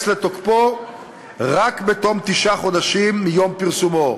לתוקפו רק בתום תשעה חודשים מיום פרסומו.